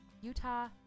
Utah